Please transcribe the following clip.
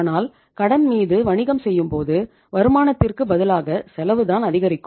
ஆனால் கடன் மீது வணிகம் செய்யும் போது வருமானத்திற்கு பதிலாக செலவு தான் அதிகரிக்கும்